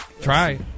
Try